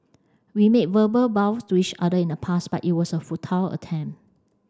we made verbal vows to each other in the past but it was a futile attempt